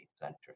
century